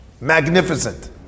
Magnificent